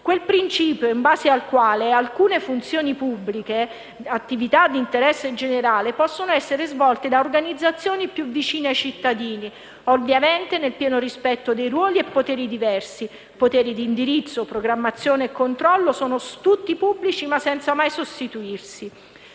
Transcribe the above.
quel principio in base al quale alcune funzioni pubbliche attività di interesse generale possono essere svolte da organizzazioni più vicine ai cittadini, ovviamente nel pieno rispetto dei ruoli e dei poteri diversi; i poteri di indirizzo, programmazione e controllo sono tutti pubblici, senza mai sostituirsi.